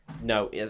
no